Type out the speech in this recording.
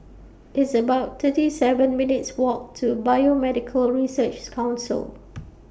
It's about thirty seven minutes' Walk to Biomedical Researches Council